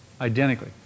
Identically